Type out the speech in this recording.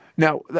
Now